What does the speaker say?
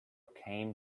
came